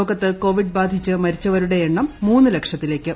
ലോകത്ത് കോവിഡ് ബാധിച്ച് മരിച്ചവരുടെ എണ്ണം മൂന്ന് ലക്ഷത്തിലേയ്ക്ക്